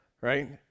right